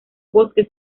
bosque